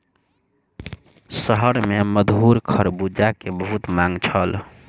शहर में मधुर खरबूजा के बहुत मांग छल